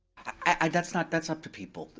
and that's not, that's up to people,